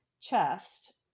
chest